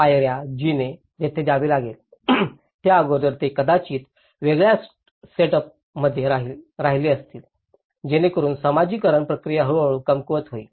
पायर्या जिने जिथे जावे लागते त्याअगोदर ते कदाचित वेगळ्या सेटअपमध्ये राहिले असतील जेणेकरुन समाजीकरण प्रक्रिया हळूहळू कमकुवत होईल